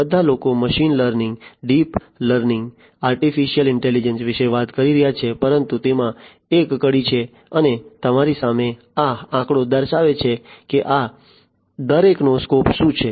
બધા લોકો machine learning deep learning artificial intelligence વિશે વાત કરી રહ્યા છે પરંતુ તેમાં એક કડી છે અને તમારી સામે આ આંકડો દર્શાવે છે કે આ દરેકનો સ્કોપ શું છે